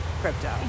crypto